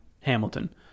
hamilton